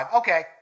okay